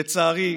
לצערי,